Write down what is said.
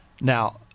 Now